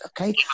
Okay